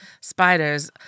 Spiders